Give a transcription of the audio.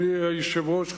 אדוני היושב-ראש,